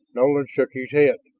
nolan shook his head.